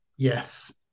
Yes